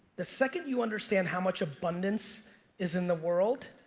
the second you understand how much abundance is in the world,